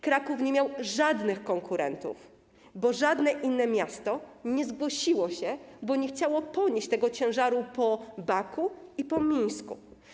Kraków nie miał żadnych konkurentów, bo żadne inne miasto nie zgłosiło się, bo nie chciało ponieść tego ciężaru po Baku i po Mińsku.